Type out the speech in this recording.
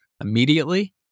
immediately